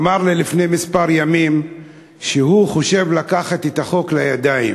אמר לי לפני כמה ימים שהוא חושב לקחת את החוק לידיים,